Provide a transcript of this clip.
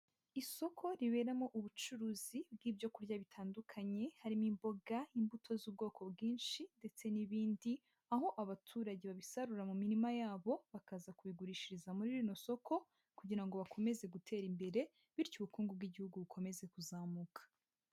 Isoko riberamo ubucuruzi bw'ibyo kurya bitandukanye, harimo imboga, imbuto z'ubwoko bwinshi ndetse n'ibindi, aho abaturage babisarura mu mirima yabo, bakaza kubigurishiriza muri rino soko kugira ngo bakomeze gutera imbere bityo ubukungu bw'igihugu bukomeze kuzamuka.